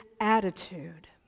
attitude